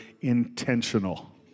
intentional